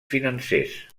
financers